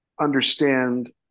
understand